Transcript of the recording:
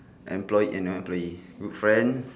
employ and employee good friends